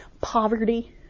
Poverty